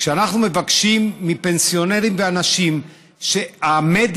כשאנחנו מבקשים מפנסיונרים ואנשים שהמדיה